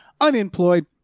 unemployed